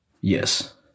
Yes